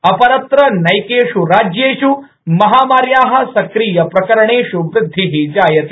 अपरत्र नैकेष् राज्येष् महामार्या सक्रिय प्रकरणेष् वृद्धि जायते